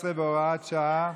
19 והוראת שעה).